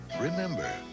remember